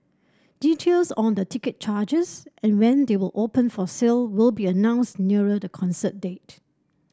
details on the ticket charges and when they will open for sale will be announced nearer the concert date